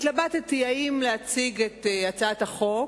התלבטתי אם להציג את הצעת החוק,